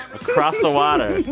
across the water.